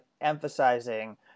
emphasizing